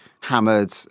hammered